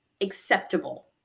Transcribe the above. acceptable